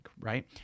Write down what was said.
right